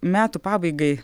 metų pabaigai